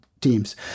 teams